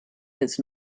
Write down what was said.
his